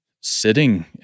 sitting